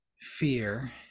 fear